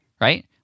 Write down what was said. right